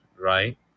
right